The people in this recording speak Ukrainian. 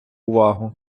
увагу